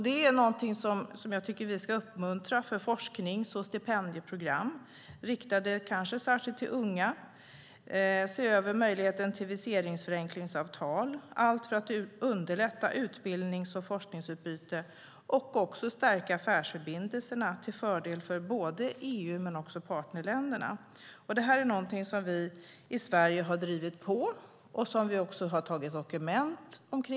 Det är något som jag tycker att vi ska uppmuntra när det gäller forsknings och stipendieprogram, kanske särskilt riktade till unga. Vi ska se över möjligheten till viseringsförenklingsavtal för att underlätta utbildnings och forskningsutbytet och stärka affärsförbindelserna till fördel för både EU och partnerländerna. Det här är någonting som vi i Sverige har drivit på och som vi också har tagit fram dokument om.